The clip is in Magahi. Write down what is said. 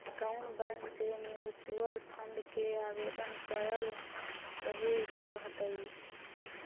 कउन बैंक से म्यूचूअल फंड के आवेदन कयल सही रहतई?